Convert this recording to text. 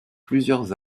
plusieurs